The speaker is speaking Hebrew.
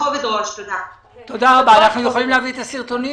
אנחנו יכולים להביא את הסרטונים?